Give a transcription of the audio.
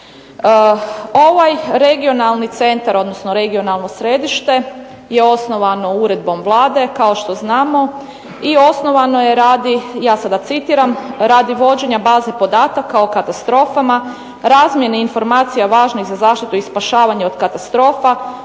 Ovaj regionalni centar, odnosno regionalno središte je osnovano uredbom Vlade kao što znamo i osnovano je radi, ja sada citiram, radi vođenja baze podataka o katastrofama, razmjene informacija važnih za zaštitu i spašavanje od katastrofa,